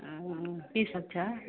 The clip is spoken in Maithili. आउ ने अङ्गना की सब छै